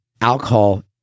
alcohol